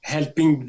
Helping